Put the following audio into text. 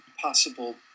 possible